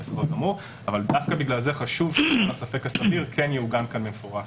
אבל דווקא בגלל זה חשוב שפסקת הספק הסביר כן תעוגן כמפורש.